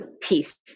peace